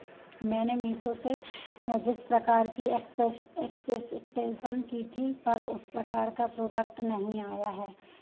मैंने मीशो से जिस प्रकार की एक्सपेश एक्सपेक्टेशन की थी पर उस प्रकार का प्रोडक्ट नहीं आया है